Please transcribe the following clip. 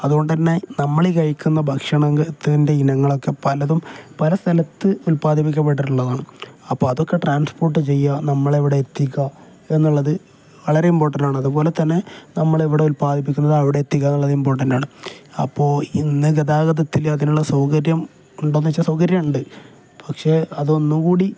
അതുകൊണ്ടു തന്നെ നമ്മൾ ഈ കഴിക്കുന്ന ഭക്ഷണത്തിൻ്റെ ഇനങ്ങളൊക്കെ പലതും പല സ്ഥലത്ത് ഉൽപാദിപ്പിക്കപ്പെട്ടിട്ടുള്ളതാണ് അപ്പ അതൊക്കെ ട്രാൻസ്പോർട്ട് ചെയ്യാൻ നമ്മളെ ഇവിടെ എത്തിക്കുക എന്നുള്ളത് വളരെ ഇമ്പോർട്ടൻ്റാണ് അതുപോലെ തന്നെ നമ്മൾ ഇവിടെ ഉല്പാദിപ്പിക്കുന്നത് അവിടെ എത്തിക്കുക എന്നുള്ളത് ഇമ്പോർട്ടൻ്റാണ് അപ്പോൾ ഇന്ന് ഗതാഗതത്തിൽ അതിനുള്ള സൗകര്യം ഉണ്ടോ എന്ന് വച്ചാൽ സൗകര്യം ഉണ്ട് പക്ഷെ അതൊന്നുകൂടി